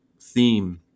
theme